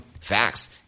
Facts